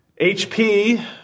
HP